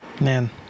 Man